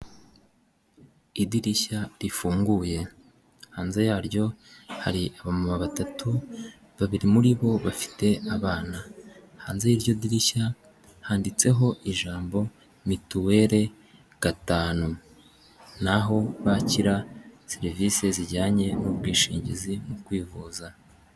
Idirishya rifunguye hanze yaryo hari aba mama batatu, babiri muri bo bafite abana, hanze y'iryo dirishya handitseho ijambo mituweri gatanu, n'aho bakira serivise zijyanye n'ubwishingizi mu kwivuza.